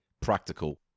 practical